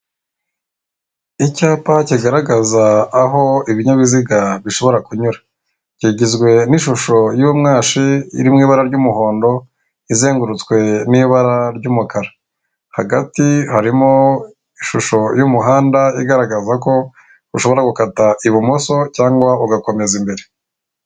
Icyapa kigaragaza aho ibinyabiziga bishobora kunyura kigizwe n'ishusho y'umwashi iri mu ibara ry'umuhondo izengurutswe n'ibara ry'umukara hagati harimo ishusho y'umuhanda igaragaza ko ushobora gukata ibumoso cyangwa ugakomeza imbere.